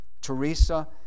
Teresa